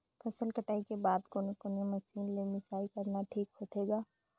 फसल कटाई के बाद कोने कोने मशीन ले मिसाई करना ठीक होथे ग?